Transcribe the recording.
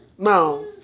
Now